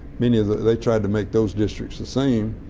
many of the they tried to make those districts the same,